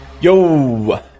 Yo